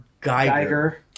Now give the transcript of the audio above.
geiger